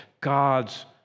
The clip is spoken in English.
God's